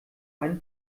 einen